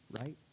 right